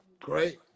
Great